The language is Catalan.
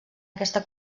aquesta